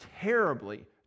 terribly